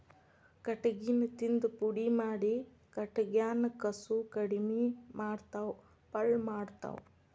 ಕಟಗಿನ ತಿಂದ ಪುಡಿ ಮಾಡಿ ಕಟಗ್ಯಾನ ಕಸುವ ಕಡಮಿ ಮಾಡತಾವ ಪಳ್ಳ ಮಾಡತಾವ